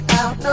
out